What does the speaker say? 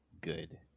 good